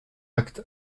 acte